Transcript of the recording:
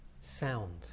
sound